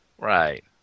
Right